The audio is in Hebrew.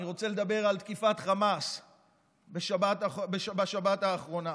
אני רוצה לדבר על תקיפת חמאס בשבת האחרונה.